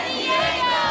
Diego